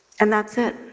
and that's it.